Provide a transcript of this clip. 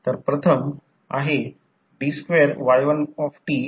N1 N2 स्थिर असतील आणि I1 आणि I2 अँटी फेजमध्ये असेल